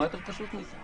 מה יותר פשוט מזה?